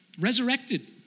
resurrected